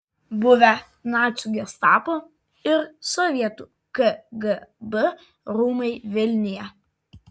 buvę nacių gestapo ir sovietų kgb rūmai vilniuje